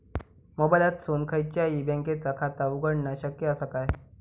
मोबाईलातसून खयच्याई बँकेचा खाता उघडणा शक्य असा काय?